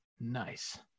nice